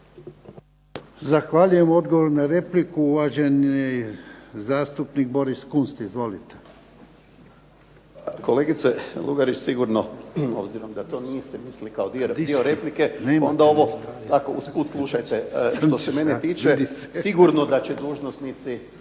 Zahvaljujem odgovor na repliku uvaženi zastupnik Boris Kunst. Izvolite. **Kunst, Boris (HDZ)** Kolegice Lugarić sigurno, obzirom da to niste mislili kao dio replike, onda slušajte, što se mene tiče sigurno da će dužnosnici